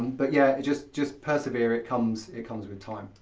but yeah, just just persevere, it comes it comes with time.